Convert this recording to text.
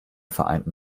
vereinten